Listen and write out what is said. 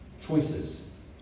choices